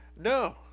no